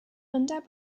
under